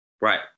right